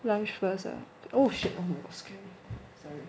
lunch first ah oh shit I'm scary sorry